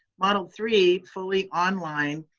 model three, fully online,